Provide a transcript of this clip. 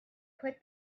put